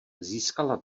získala